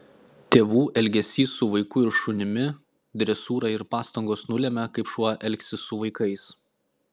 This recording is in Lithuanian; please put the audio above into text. tėvų elgesys su vaiku ir šunimi dresūra ir pastangos nulemia kaip šuo elgsis su vaikais